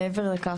מעבר לכך,